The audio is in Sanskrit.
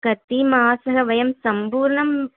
कति मासः वयं सम्पूर्णं